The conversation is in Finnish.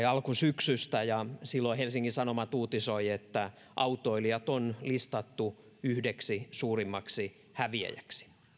alkusyksystä ja silloin helsingin sanomat uutisoi että autoilijat on listattu yhdeksi suurimmista häviäjistä